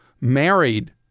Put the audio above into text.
married